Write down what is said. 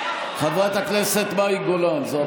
חברת הכנסת מאי גולן, זו הפעם האחרונה.